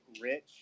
rich